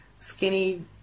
skinny